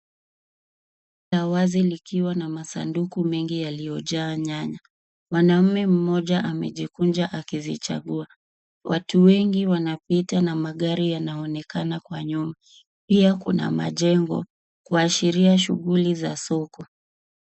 Soko la wazi likiwa na masanduku mengi yaliyojaa nyanya. Mwanaume mmoja amejikunja akizichagua. Watu wengi wanapita na magari yanaonekana kwa nyuma. Pia kuna majengo kuashiria shughuli za soko.